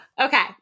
okay